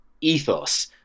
ethos